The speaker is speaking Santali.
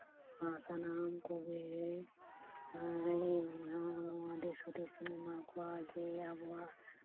ᱥᱟᱱᱟᱢ ᱠᱚᱜᱮ ᱫᱤᱥ ᱦᱩᱫᱤᱥ ᱤᱧ ᱮᱢᱟ ᱠᱚᱣᱟ ᱡᱮ ᱟᱵᱚᱣᱟᱜ